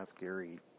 Gary